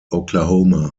oklahoma